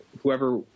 whoever